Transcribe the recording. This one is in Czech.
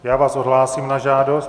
Já vás odhlásím na žádost.